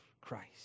Christ